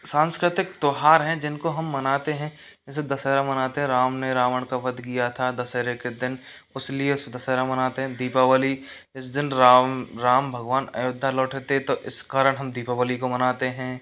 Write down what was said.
सांस्कृतिक त्योहार हैं जिनको हम मनाते हैं जैसे दशहरा मनाते हैं राम ने रावण का वध किया था दशहरे के दिन इसलिए उस दशहरा मनाते हैं दीपावली उस दिन राम राम भगवान अयोध्या लौटे थे तो इस कारण हम दीपावली को मानते हैं